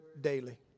daily